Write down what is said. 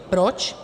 Proč?